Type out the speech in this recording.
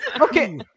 okay